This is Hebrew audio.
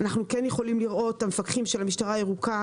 אנחנו יכולים לראות את המפקחים של המשטרה הירוקה,